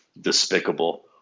despicable